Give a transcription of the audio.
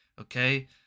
okay